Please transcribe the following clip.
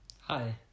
Hi